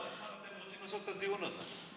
כמה זמן אתם רוצים לעשות את הדיון הזה?